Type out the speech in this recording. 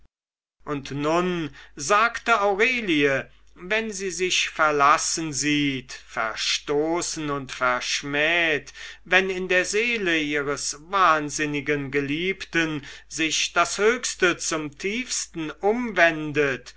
und nun sagte aurelie wenn sie sich verlassen sieht verstoßen und verschmäht wenn in der seele ihres wahnsinnigen geliebten sich das höchste zum tiefsten umwendet